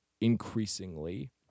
increasingly